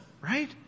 right